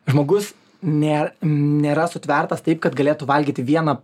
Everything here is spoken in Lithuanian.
žmogus nėr nėra sutvertas taip kad galėtų valgyti vieną